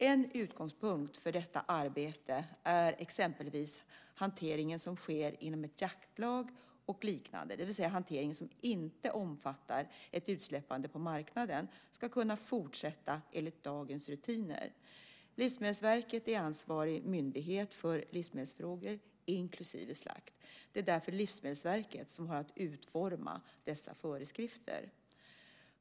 En utgångspunkt för detta arbete är att exempelvis hantering som sker inom ett jaktlag och liknande, det vill säga hantering som inte omfattar ett utsläppande på marknaden, ska kunna fortsätta enligt dagens rutiner. Livsmedelsverket är ansvarig myndighet för livsmedelsfrågor inklusive slakt. Det är därför Livsmedelsverket som har att utforma dessa föreskrifter.